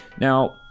Now